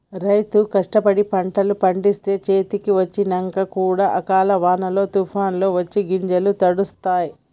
రైతు కష్టపడి పంట పండిస్తే చేతికి వచ్చినంక కూడా అకాల వానో తుఫానొ వచ్చి గింజలు తడుస్తాయ్